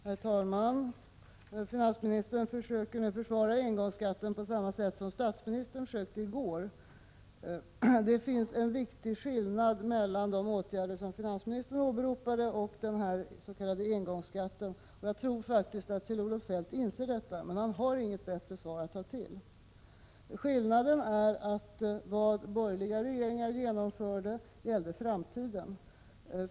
Herr talman! Finansministern försöker nu försvara engångsskatten på samma sätt som statsministern försökte i går. Det finns en viktig skillnad mellan de åtgärder som finansministern åberopade och den s.k. engångsskatten. Jag tror faktiskt att Kjell-Olof Feldt inser detta, men han har inget bättre svar att ta till. Skillnaden är att vad borgerliga regeringar genomförde gällde framtiden.